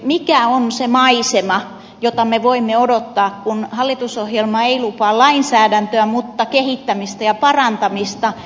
mikä on se maisema jota me voimme odottaa kun hallitusohjelma ei lupaa lainsäädäntöä mutta kehittämistä ja parantamista